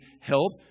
help